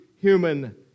human